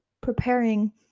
preparing